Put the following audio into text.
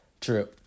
True